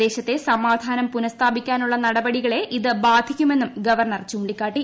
പ്രദേശത്തെ സമാധാനം പുനസ്ഥാപിക്കാ നുള്ള നടപടികളെ ഇത് ബാധിക്കും എന്നും ഗവർണർ ചൂണ്ടിക്കാട്ടി